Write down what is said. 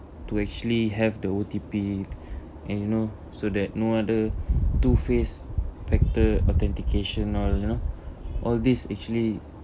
to actually have the O_T_P and you know so that no other two face factor authentication all you know all this actually